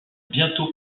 bientôt